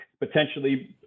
potentially